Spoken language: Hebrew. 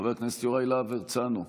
חבר הכנסת יוראי להב הרצנו,